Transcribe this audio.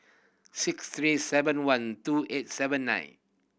six three seven one two eight seven nine